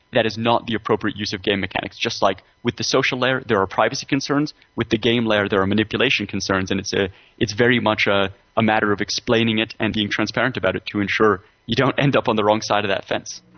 that is not the appropriate use of game mechanics, just like with the social layer are privacy concerns, with the game layer there are manipulation concerns and it's ah it's very much a a matter of explaining it and being transparent about it to ensure you don't end up on the wrong side of that fence.